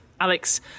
Alex